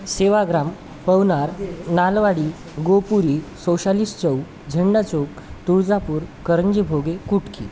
सेवाग्राम पवनार नालवाडी गोपुरी सौशालीस चौक झेंडाचौक तुळजापूर करंजीभोगे कुटकी